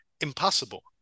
impossible